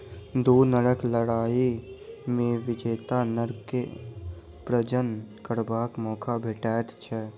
दू नरक लड़ाइ मे विजेता नर के प्रजनन करबाक मौका भेटैत छै